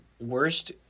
worst